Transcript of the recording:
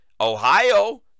Ohio